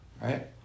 right